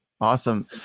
Awesome